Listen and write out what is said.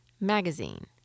magazine